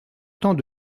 temps